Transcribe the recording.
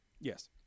Yes